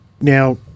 Now